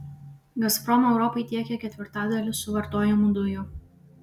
gazprom europai tiekia ketvirtadalį suvartojamų dujų